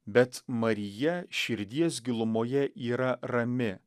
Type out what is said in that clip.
bet marija širdies gilumoje yra rami